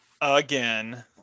again